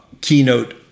Keynote